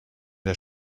der